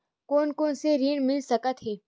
कोन कोन से ऋण मिल सकत हे?